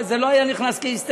זה לא היה נכנס כהסתייגות,